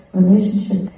relationship